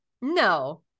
No